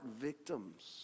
victims